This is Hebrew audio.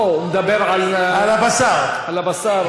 לא, הוא מדבר על, על הבשר, על הבשר.